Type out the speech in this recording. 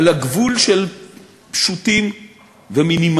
על הגבול של פשוטים ומינימליים.